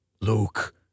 Luke